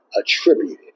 attributed